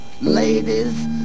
ladies